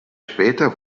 später